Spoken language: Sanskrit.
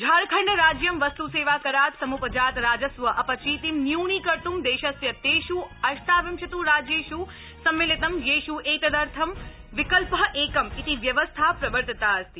झारखंड राज्यं वस्तु सेवा करात् समुद्धजात राजस्व अध्यचितिं न्यूनीकर्त् देशस्य तेष् अष्टाविंशति राज्येष् सम्मिलितम् येष् एतदर्थ विकल् एकम् इति व्यवस्था प्रवर्तिता अस्ति